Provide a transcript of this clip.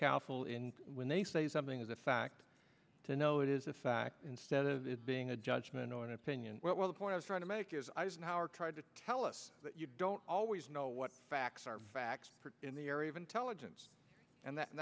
careful in when they say something is a fact to know it is a fact instead of it being a judgment or an opinion well the point i was trying to make is eisenhower tried to tell us that you don't always know what facts are facts in the area of intelligence and that